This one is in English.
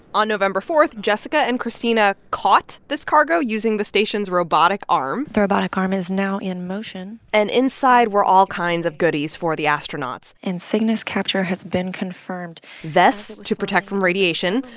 on november four, jessica and christina caught this cargo using the station's robotic arm the robotic arm is now in motion and inside were all kinds of goodies for the astronauts and cygnus capture has been confirmed vests to protect from radiation,